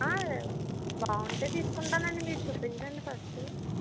ఆ బాగుంటే తీసుకుంటానండి మీరు చూపించండి ఫస్ట్